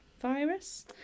Virus